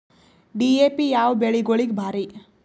DAP ಯಾವ ಬೆಳಿಗೊಳಿಗ ಭಾರಿ?